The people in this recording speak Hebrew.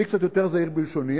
אני קצת יותר זהיר בלשוני.